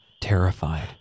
Terrified